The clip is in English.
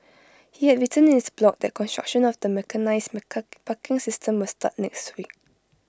he had written in his blog that construction of the mechanised parking system will start next week